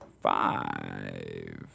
five